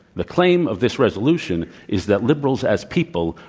the claim of this resolution is that liberals, as people,